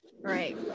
Right